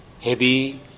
heavy